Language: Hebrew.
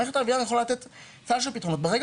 מערכת ה-IVR יכולה לתת שלל פתרונות ברגע